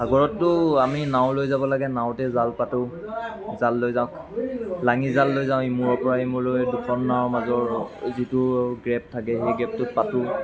আগতেতো আমি নাও লৈ যাব লাগে নাওতে জাল পাতোঁ জাল লৈ যাওঁ লাঙি জাল লৈ যাওঁ ইমূৰৰ পৰা সিমূৰলৈ দুখন নাৱৰ মাজৰ যিটো গেপ থাকে সেই গেপটোত পাতোঁ